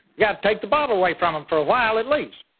yeah take the bottle away from them for a while at least.